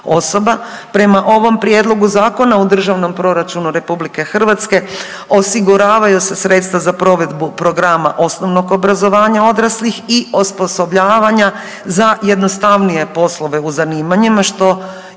osoba. Prema ovom prijedlogu zakona u državnom proračunu osiguravaju se sredstva za provedbu programa osnovnog obrazovanja odraslih i osposobljavanja za jednostavnije poslove u zanimanjima što